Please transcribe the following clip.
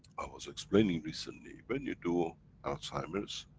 i was explaining recently, when you do alzheimer's,